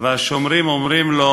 והשומרים אומרים לו